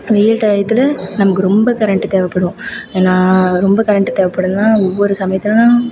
வெயில் டையத்தில் நமக்கு ரொம்ப கரெண்ட்டு தேவைப்படும் ஏன்னா ரொம்ப கரெண்ட்டு தேவைப்படுதுனா ஒவ்வொரு சமயத்துலலாம்